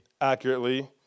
accurately